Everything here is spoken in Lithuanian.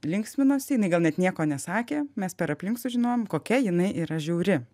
linksminosi jinai gal net nieko nesakė mes per aplink sužinojom kokia jinai yra žiauri